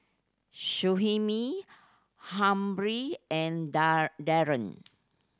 Shyheim Humphrey and Darren